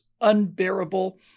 unbearable